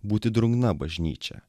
būti drungna bažnyčia